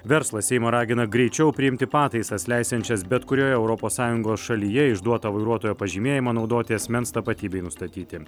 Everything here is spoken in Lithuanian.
verslas seimą ragina greičiau priimti pataisas leisiančias bet kurioje europos sąjungos šalyje išduotą vairuotojo pažymėjimą naudoti asmens tapatybei nustatyti